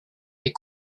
ait